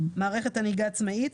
מערכת הנהיגה העצמאית,